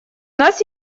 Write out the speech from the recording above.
нас